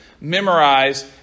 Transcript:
memorize